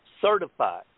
certified